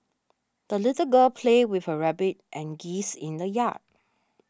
the little girl played with her rabbit and geese in the yard